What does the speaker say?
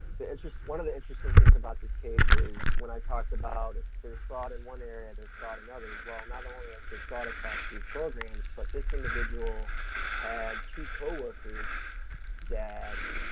the interest one of the interesting things about this case is when i talked about if there's fraud in one area there's thought in others, well not only has there fraud across three programs but this individual had two co-workers that,